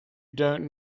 don’t